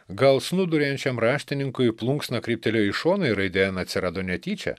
gal snūduriuojančiam raštininkui plunksna kryptelėjo į šoną ir raidė en atsirado netyčia